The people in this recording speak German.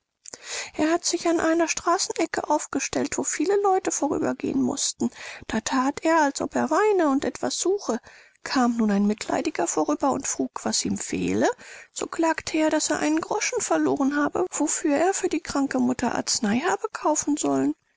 er hatte sich an einer straßenecke aufgestellt wo viele leute vorüber gehen mußten dort that er als ob er weine und etwas suche kam nun ein mitleidiger vorüber und frug was ihm fehle so klagte er daß er einen groschen verloren habe wofür er für die kranke mutter arznei habe kaufen sollen